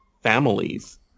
families